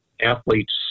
athletes